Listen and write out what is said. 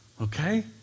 Okay